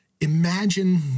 Imagine